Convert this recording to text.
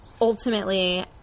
ultimately